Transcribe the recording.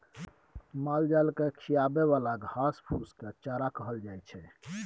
मालजाल केँ खिआबे बला घास फुस केँ चारा कहल जाइ छै